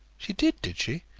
she did, did she?